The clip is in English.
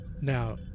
Now